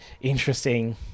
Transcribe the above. interesting